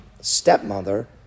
stepmother